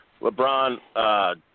LeBron